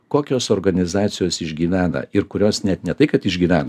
kokios organizacijos išgyvena ir kurios net ne tai kad išgyvena